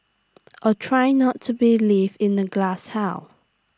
or try not to be live in A glasshouse